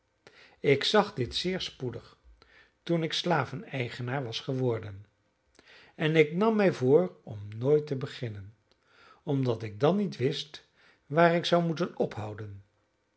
ik zag dit zeer spoedig toen ik slaveneigenaar was geworden en ik nam mij voor om nooit te beginnen omdat ik dan niet wist waar ik zou moeten ophouden